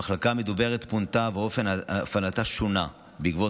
המחלקה המדוברת פונתה ואופן הפעלתה שונה בעקבות